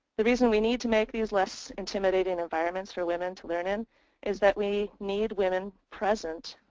the reason we need to make these less intimidating environments for women to learn in is that we need women present.